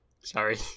Sorry